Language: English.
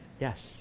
Yes